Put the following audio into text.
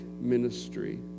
ministry